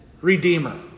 redeemer